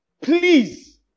please